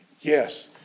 Yes